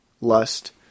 lust